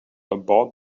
about